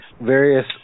various